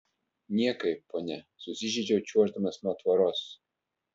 niekai ponia susižeidžiau čiuoždamas nuo tvoros